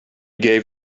gave